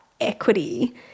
equity